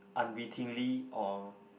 unwittingly or